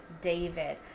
David